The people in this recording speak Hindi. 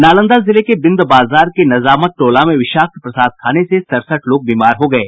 नालंदा जिले के बिंद बाजार के नजामत टोला में विषाक्त प्रसाद खाने से सड़सठ लोग बीमार हो गये